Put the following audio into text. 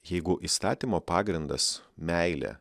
jeigu įstatymo pagrindas meilė